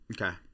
Okay